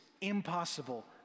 impossible